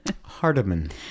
Hardiman